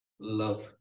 love